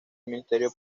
ministerio